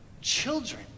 children